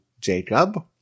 Jacob